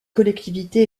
collectivités